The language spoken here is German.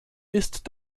ist